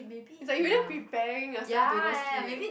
it's like you just preparing yourself to go sleep